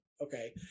Okay